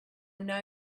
know